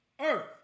earth